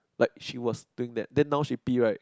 like she was doing that then now she P right